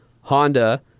Honda